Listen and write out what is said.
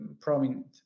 prominent